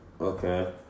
Okay